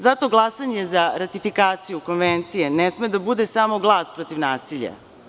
Zato glasanje za ratifikaciju konvencije ne sme da bude samo glas protiv nasilja.